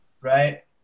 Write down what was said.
right